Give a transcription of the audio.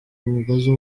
umugozi